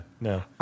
No